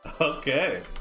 Okay